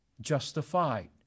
justified